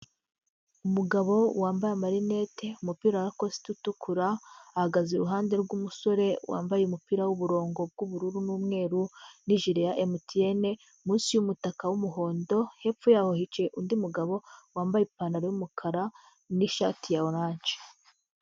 Umugabo wambaye amarinete, umupira wa rakosita utukura, ahagaze iruhande rw'umusore wambaye umupira w'uburongo bw'ubururu n'umweru, n'ijire ya MTN munsi y'umutaka w'umuhondo, hepfo yaho hicaye undi mugabo wambaye ipantaro y'umukara n'ishati ya oranje.